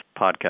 podcast